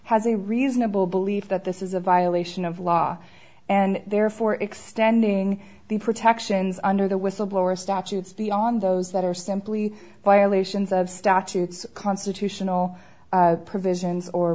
has a reasonable belief that this is a violation of law and therefore extending the protections under the whistleblower statutes beyond those that are simply violations of statutes constitutional provisions or